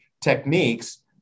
techniques